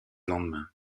lendemain